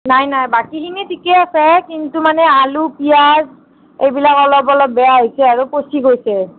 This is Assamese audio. নাই নাই বাকীখিনি ঠিকেই আছে কিন্তু মানে এই আলু পিঁয়াজ এইবিলাক অলপ অলপ আৰু বেয়া হৈছে পচি গৈছে